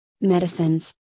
medicines